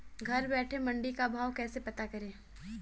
घर बैठे मंडी का भाव कैसे पता करें?